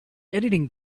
editing